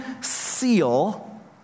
seal